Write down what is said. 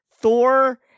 Thor